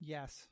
Yes